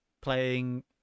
playing